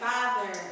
Father